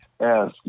Yes